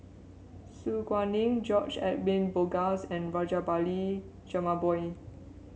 Su Guaning George Edwin Bogaars and Rajabali Jumabhoy